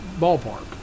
ballpark